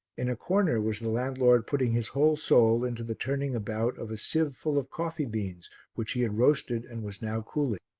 in a corner was the landlord putting his whole soul into the turning about of a sieve full of coffee beans which he had roasted and was now cooling.